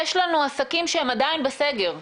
יש לנו עסקים שהם עדיין בסגר.